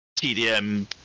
TDM